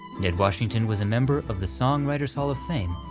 ned washington was a member of the songwriters hall of fame,